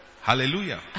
Hallelujah